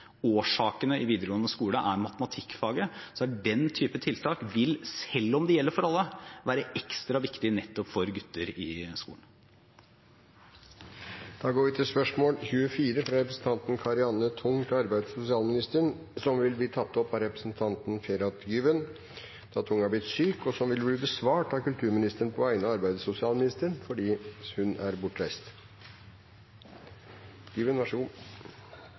matematikkfaget, vil den type tiltak, selv om det gjelder for alle, være ekstra viktig nettopp for gutter i skolen. Dette spørsmålet, fra Karianne O. Tung til arbeids- og sosialministeren, vil bli besvart av kulturministeren på vegne av arbeids- og sosialministeren, som er bortreist. Spørsmålet vil bli tatt opp av representanten Ferhat Güven, da representanten Karianne O. Tung er blitt syk.